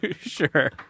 Sure